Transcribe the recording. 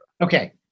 Okay